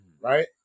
right